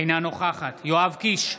אינה נוכחת יואב קיש,